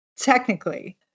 technically